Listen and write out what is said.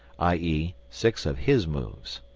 i e. six of his moves.